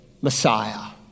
Messiah